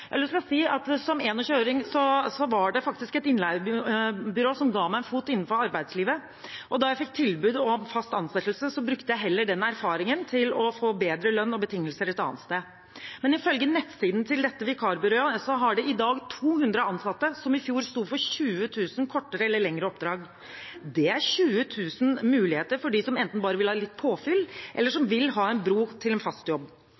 Jeg har lyst til å si at som 21-åring var det faktisk et innleiebyrå som ga meg en fot innenfor arbeidslivet, og da jeg fikk tilbud om fast ansettelse, brukte jeg heller den erfaringen til å få bedre lønn og betingelser et annet sted. Ifølge nettsiden til dette vikarbyrået har de i dag 200 ansatte, som i fjor sto for 20 000 kortere eller lengre oppdrag. Det er 20 000 muligheter for dem som enten bare vil ha litt påfyll, eller som vil ha en bro til fast jobb.